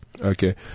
Okay